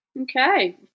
Okay